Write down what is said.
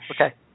Okay